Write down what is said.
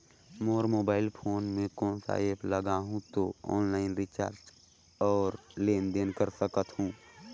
मोर mobile phone मे कोन सा एप्प लगा हूं तो ऑनलाइन रिचार्ज और लेन देन कर सकत हू?